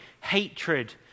hatred